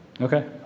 Okay